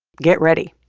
get ready